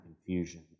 confusion